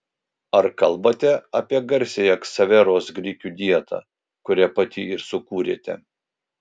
ar kalbate apie garsiąją ksaveros grikių dietą kurią pati ir sukūrėte